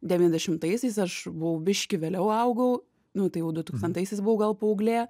devyndešimtaisiais aš buvau biški vėliau augau nu tai jau dutūkstantaisiais buvau gal paauglė